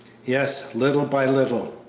yes, little by little.